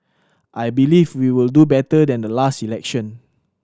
I believe we will do better than the last election